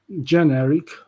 generic